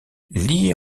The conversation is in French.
liés